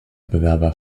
bewerber